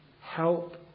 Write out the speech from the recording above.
help